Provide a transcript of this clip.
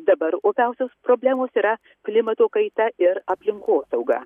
dabar opiausios problemos yra klimato kaita ir aplinkosauga